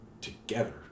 together